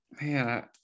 man